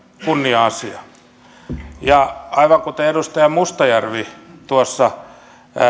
kunnia asia aivan kuten edustaja mustajärvi tuossa